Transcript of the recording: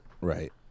right